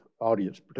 audience